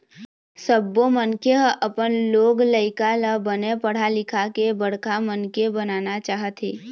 सब्बो मनखे ह अपन लोग लइका ल बने पढ़ा लिखा के बड़का मनखे बनाना चाहथे